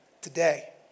today